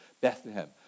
Bethlehem